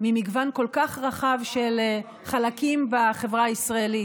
ממגוון כל כך רחב של חלקים בחברה הישראלית,